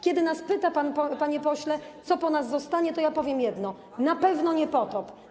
Kiedy nas pan pyta, panie pośle, co po nas zostanie, to powiem jedno: Na pewno nie potop.